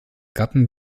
gatten